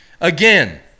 Again